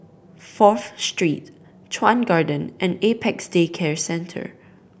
Fourth Street Chuan Garden and Apex Day Care Centre